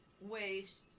waste